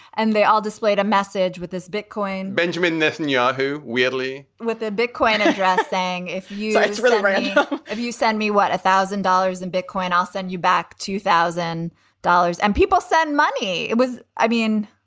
and they all displayed a message with this bitcoin benjamin netanyahu, weirdly, with a bitcoin address saying, if you really have, you send me, what, a thousand dollars in bitcoin, i'll send you back two thousand dollars and people send money. it was i mean.